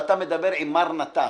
אתה מדבר עם מר נת"ץ,